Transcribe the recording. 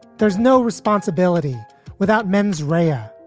there's no responsibility without mens rea. um